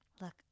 Look